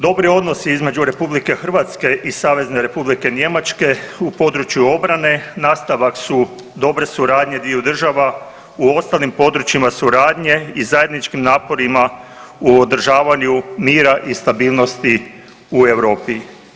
Dobri odnosi između RH i SR Njemačke u području obrane nastavak su dobre suradnje dviju država u ostalim područjima suradnje i zajedničkim naporima u održavanju mira i stabilnosti u Europi.